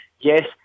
Yes